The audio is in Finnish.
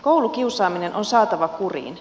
koulukiusaaminen on saatava kuriin